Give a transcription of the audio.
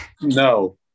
No